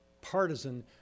partisan